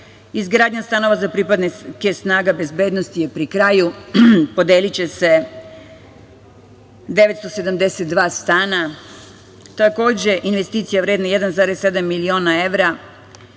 Izgradnja stanova za pripadnike snaga bezbednosti je pri kraju. Podeliće se 972 stana. Takođe, investicija vredna 1,7 miliona evra